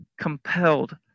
compelled